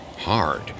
hard